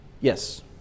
Yes